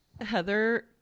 Heather